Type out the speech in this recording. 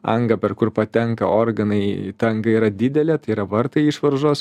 angą per kur patenka organai ta anga yra didelė tai yra vartai išvaržos